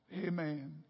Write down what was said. Amen